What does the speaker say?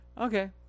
okay